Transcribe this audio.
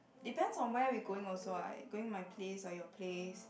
depends on where we going also what going my place or your place